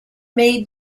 made